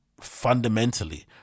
fundamentally